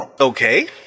Okay